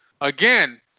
Again